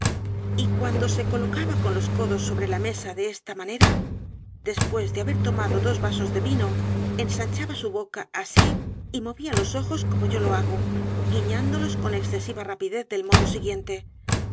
y cuando se colocaba con los codos sobre la m e s a de esta manera después de haber tomado dos vasos de vino ensanchaba su boca así y movía los ojos como yo lo h a g o guiñándolos con excesiva rapidez del modo s